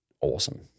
Awesome